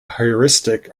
heuristic